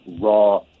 Raw